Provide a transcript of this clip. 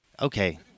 Okay